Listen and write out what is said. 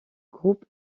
groupe